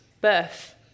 birth